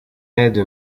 aide